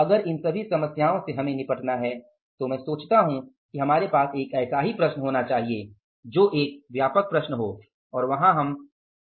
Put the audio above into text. अगर इन सभी समस्याओं से हमें निपटना है तो मैं सोचता हूँ कि हमारे पास एक ऐसा ही प्रश्न होना चाहिए जो एक व्यापक प्रश्न हो और वहां हम ऐसे सभी मुद्दों का समाधान कर सके